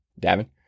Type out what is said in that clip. Davin